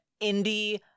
Indie